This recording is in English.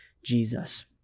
jesus